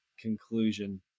conclusion